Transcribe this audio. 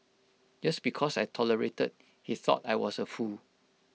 just because I tolerated he thought I was A fool